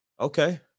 Okay